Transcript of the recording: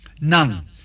none